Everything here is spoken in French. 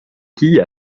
quilles